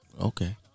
Okay